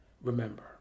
Remember